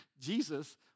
Jesus